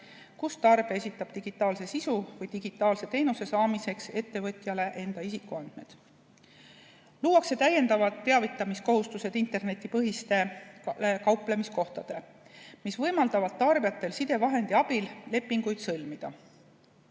kus tarbija esitab digitaalse sisu või digitaalse teenuse saamiseks ettevõtjale enda isikuandmed. Luuakse täiendavad teavitamiskohustused internetipõhistele kauplemiskohtadele, mis võimaldavad tarbijatel sidevahendi abil lepinguid sõlmida.